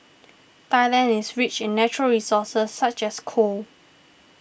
Thailand is rich in natural resources such as coal